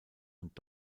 und